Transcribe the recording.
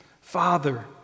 Father